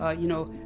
ah you know,